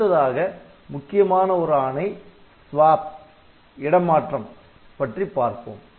அடுத்ததாக முக்கியமான ஒரு ஆணை ஸ்வாப் Swap இடமாற்றம் பற்றி பார்ப்போம்